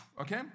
okay